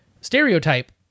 stereotype